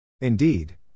Indeed